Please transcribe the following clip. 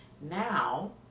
Now